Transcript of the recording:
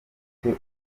afite